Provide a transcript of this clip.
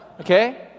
Okay